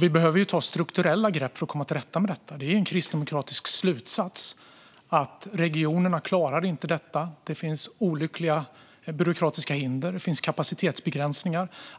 Vi behöver ta strukturella grepp för att komma till rätta med detta. Det är en kristdemokratisk slutsats att regionerna inte klarar detta. Det finns olyckliga byråkratiska hinder och kapacitetsbegränsningar.